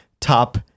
top